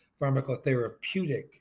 pharmacotherapeutic